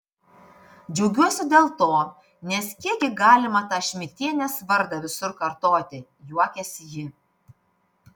džiaugiuosi dėl to nes kiek gi galima tą šmidtienės vardą visur kartoti juokėsi ji